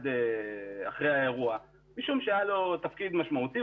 אחרי האירוע משום שהיה לו תפקיד משמעותי,